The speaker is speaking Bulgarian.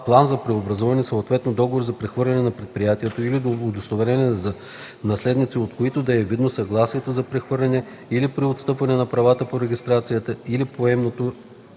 план за преобразуване, съответно договор за прехвърляне на предприятие или удостоверение за наследници, от които да е видно съгласието за прехвърляне или преотстъпване на правата по регистрацията или поемането